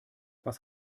was